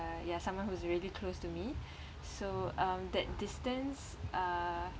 uh ya someone who's really close to me so um that distance uh